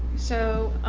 so